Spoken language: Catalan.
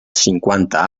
cinquanta